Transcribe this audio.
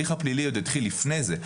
ההליך הפלילי עוד התחיל לפני זה.